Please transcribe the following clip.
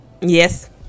Yes